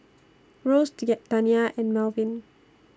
Rose Dania and Malvin